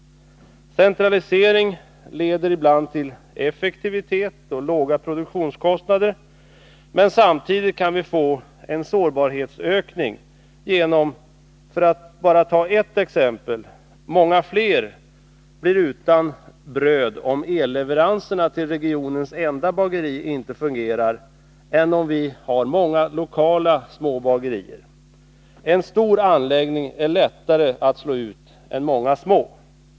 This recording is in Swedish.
Centralisering leder ibland till effektivitet och låga produktionskostnader, men samtidigt kan vi få en sårbarhetsökning genom att — för att ta bara ett exempel — många fler blir utan bröd om el-leveranserna till regionens enda bageri inte fungerar än om vi har många lokala små bagerier. En stor anläggning är lättare att slå ut än många små.